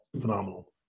phenomenal